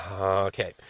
Okay